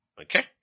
Okay